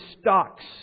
stocks